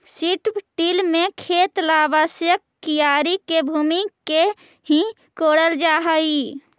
strip till में खेत ला आवश्यक क्यारी के भूमि के ही कोड़ल जा हई